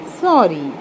sorry